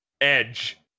edge